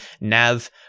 NAV